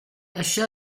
lasciò